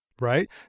Right